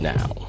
Now